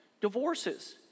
Divorces